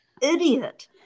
idiot